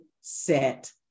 set